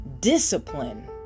discipline